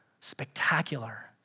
spectacular